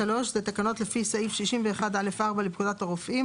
(3) תקנות לפי סעיף 61(א)(4) לפקודת הרופאים,